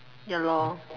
ya lor